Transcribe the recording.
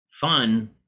fun